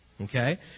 okay